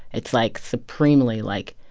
it's, like, supremely, like,